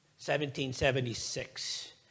1776